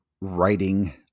writing